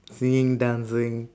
singing dancing